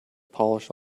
polish